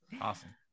Awesome